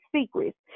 secrets